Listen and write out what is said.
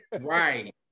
Right